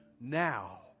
now